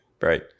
Right